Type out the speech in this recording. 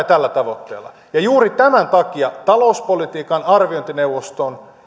tällä tavoitteella ja juuri tämän takia talouspolitiikan arviointineuvoston